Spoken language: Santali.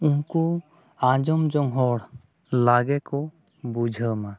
ᱩᱱᱠᱩ ᱟᱸᱡᱚᱢ ᱡᱚᱝ ᱦᱚᱲ ᱞᱚᱜᱚᱱ ᱠᱚ ᱵᱩᱡᱷᱟᱹᱣ ᱢᱟ